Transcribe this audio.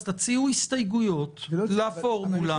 אז תציעו הסתייגויות לפורמולה.